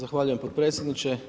Zahvaljujem potpredsjedniče.